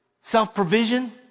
self-provision